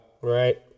Right